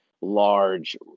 large